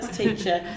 teacher